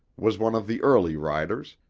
was one of the early riders,